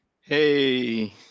Hey